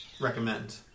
recommend